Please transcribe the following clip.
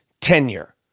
tenure